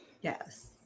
Yes